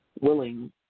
willing